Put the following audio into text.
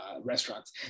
restaurants